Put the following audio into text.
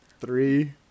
Three